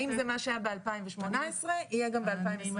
האם זה מה שהיה ב2018 יהיה גם ב2025?